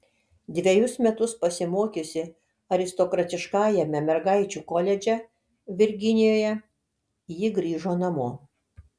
dvejus metus pasimokiusi aristokratiškajame mergaičių koledže virginijoje ji grįžo namo